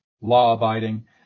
law-abiding